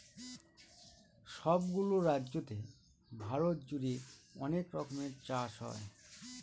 সব গুলো রাজ্যতে ভারত জুড়ে অনেক রকমের চাষ হয়